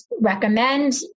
recommend